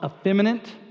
effeminate